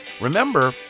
Remember